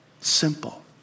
Simple